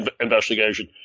investigation